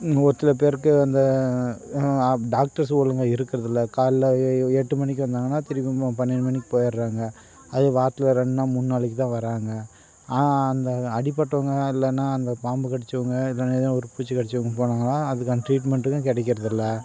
ஒரு சில பேருக்கு இந்த டாக்டர்ஸ் ஒழுங்காக இருக்கறதில்லை காலைல எ எட்டு மணிக்கு வந்தாங்கன்னால் திரும்பி மொ பன்னெண்டு மணிக்கு போய்டுகிறாங்க அது வாரத்தில் ரெண்டு நாள் மூணு நாளைக்கு தான் வராங்க அந்த அடிபட்டவங்க இல்லைனா அந்த பாம்பு கடித்தவங்க எதேனு எதோ ஒரு பூச்சி கடித்தவங்க போனாங்கன்னால் அதுக்கான ட்ரீட்மெண்ட்டுக்கும் கிடைக்கிறதில்ல